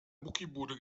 muckibude